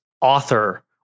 author